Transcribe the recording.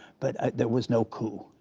but there was no coup.